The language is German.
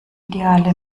ideale